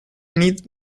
need